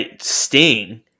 Sting